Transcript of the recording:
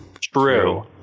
True